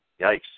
Yikes